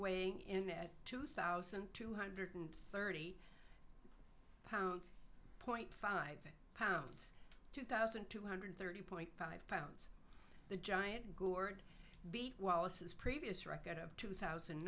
weighing in at two thousand two hundred thirty pounds point five pounds two thousand two hundred thirty point five pounds the giant guru beat wallace's previous record of two thousand